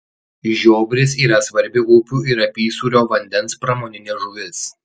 žiobris yra svarbi upių ir apysūrio vandens pramoninė žuvis